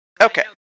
Okay